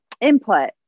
input